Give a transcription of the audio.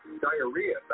diarrhea